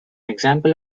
example